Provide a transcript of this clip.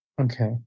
Okay